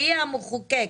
שהיא המחוקק,